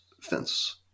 fence